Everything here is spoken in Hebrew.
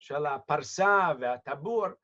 של הפרסה והטבור